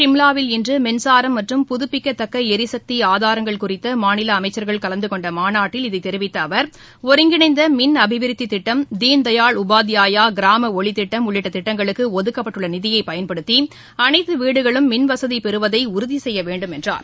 சிம்வாவில் இன்று மின்சாரம் மற்றும் புதுப்பிக்கத்தக்க எரிசக்தி ஆதாரங்கள் குறித்து மாநில அமைச்சர்கள் கலந்துகொண்ட மாநாட்டில் இதை தெரிவித்த திரு ஆர் கே சிங் ஒருங்கிணைந்த மின் அபிவிருத்தித் திட்டம் தீன் தயாள் உபாத்யாயா கிராம ஒளித்திட்டம் உள்ளிட்டத் திட்டங்களுக்கு ஒதுக்கப்பட்டுள்ள நிதியை பயன்படுத்தி அனைத்து வீடுகளும் மின்வசதி பெறுவதை உறுதி செய்ய வேண்டும் என்றார்